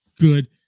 good